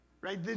right